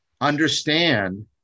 understand